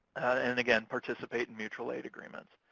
and again, participate in mutual aid agreements.